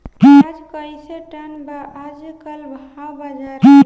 प्याज कइसे टन बा आज कल भाव बाज़ार मे?